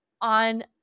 on